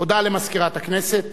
הודעה למזכירת הכנסת.